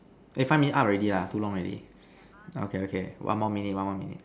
eh five minute up already lah too long already okay okay one more minute one more minute